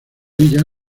ella